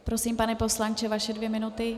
Prosím, pane poslanče, vaše dvě minuty.